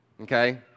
Okay